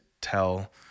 tell